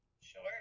Sure